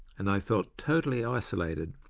and i felt totally isolated,